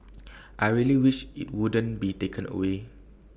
I really wish IT wouldn't be taken away